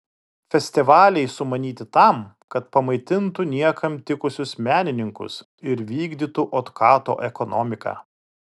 festivaliai sumanyti tam kad pamaitintų niekam tikusius menininkus ir vykdytų otkato ekonomiką